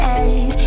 end